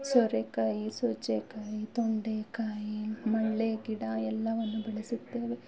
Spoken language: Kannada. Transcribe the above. ಸೋರೆಕಾಯಿ ಸೋಚೆಕಾಯಿ ತೊಂಡೆಕಾಯಿ ಮಳ್ಳೇಗಿಡ ಎಲ್ಲವನ್ನು ಬೆಳೆಸುತ್ತೇವೆ